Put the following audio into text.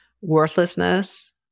worthlessness